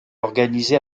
organisés